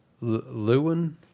Lewin